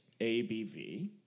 ABV